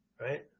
Right